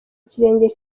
ikirenge